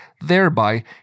thereby